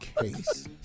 case